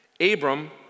Abram